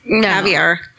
caviar